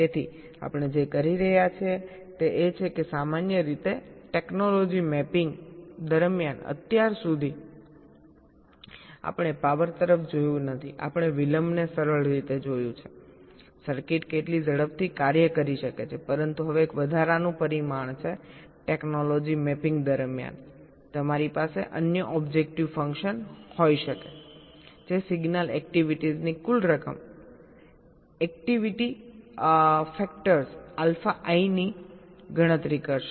તેથી આપણે જે કહી રહ્યા છીએ તે એ છે કે સામાન્ય રીતે ટેક્નોલોજી મેપિંગ દરમિયાન અત્યાર સુધી આપણે પાવર તરફ જોયું નથીઆપણે વિલંબને સરળ રીતે જોયું સર્કિટ કેટલી ઝડપથી કાર્ય કરી શકે છે પરંતુ હવે એક વધારાનું પરિમાણ છે ટેક્નોલોજી મેપિંગ દરમિયાન તમારી પાસે અન્ય ઓબ્જેક્ટિવ ફંકશન હોઈ શકે છે જે સિગ્નલ એક્ટિવિટીસ ની કુલ રકમ પ્રવૃત્તિ પરિબળો આલ્ફા આઇની ગણતરી કરશે